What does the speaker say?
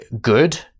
good